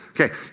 Okay